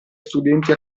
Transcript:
studenti